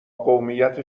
قومیت